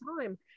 time